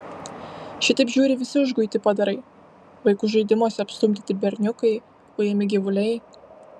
šitaip žiūri visi užguiti padarai vaikų žaidimuose apstumdyti berniukai ujami gyvuliai